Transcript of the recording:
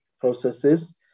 processes